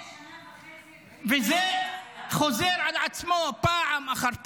לפני שנה וחצי --- זה חוזר על עצמו פעם אחר פעם.